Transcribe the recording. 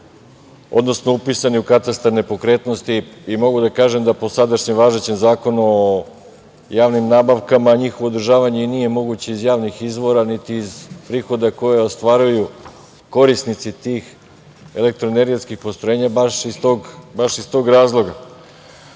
upisan u katastar nepokretnosti i mogu da kažem da po sadašnjem važećem zakonu o javnim nabavkama i njihovo održavanje i nije moguće iz javnih izvora, niti iz prihoda koje ostvaruju korisnici tih elektroenergetskih postrojenja baš iz tog razloga. Ovim